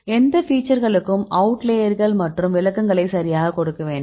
எந்த ஃபீச்சர்களுக்கும் அவுட் லேயர்கள் மற்றும் விளக்கங்களை சரியாக கொடுக்க வேண்டும்